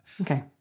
Okay